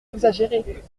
exagéré